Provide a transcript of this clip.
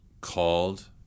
called